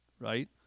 right